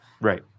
right